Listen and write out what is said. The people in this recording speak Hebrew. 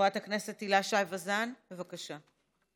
חברת הכנסת הילה שי וזאן, בבקשה.